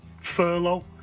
furlough